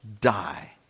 die